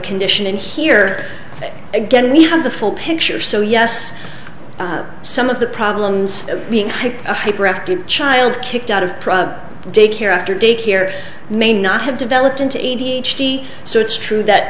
condition and here again we have the full picture so yes some of the problems of being a hyper active child kicked out of prague daycare after daycare may not have developed into a t h d so it's true that